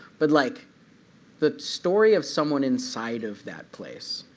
but like the story of someone inside of that place,